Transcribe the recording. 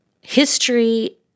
history